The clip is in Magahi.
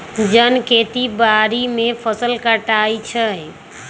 जन खेती बाड़ी में फ़सल काटइ छै